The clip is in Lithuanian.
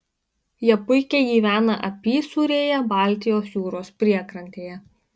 jie puikiai gyvena apysūrėje baltijos jūros priekrantėje